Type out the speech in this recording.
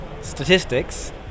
statistics